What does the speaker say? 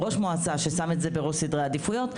ראש מועצה ששם את זה בראש סדרי העדיפויות,